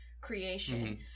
creation